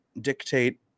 dictate